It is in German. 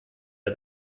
der